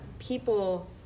People